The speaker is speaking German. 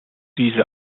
diese